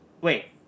Wait